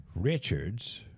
Richards